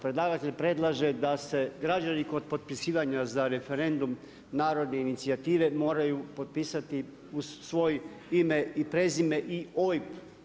Predlagatelj predlaže da se građani kod potpisivanja za referendum narodi inicijative moraju potpisati u svoje ime i prezime i OIB.